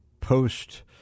post